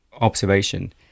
observation